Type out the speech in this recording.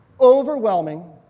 overwhelming